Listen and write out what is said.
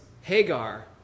Hagar